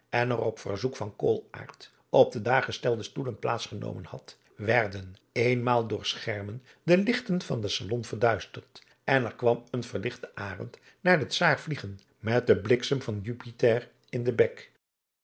en er op verzoek van koolaart op de daar gestelde stoelen plaats genomen had werden eenmaal door schermen de lichten van den salon verduisterd en er kwam een verlichte arend naar den czaar vliegen met den bliksem van jupiter in den bek